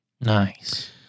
Nice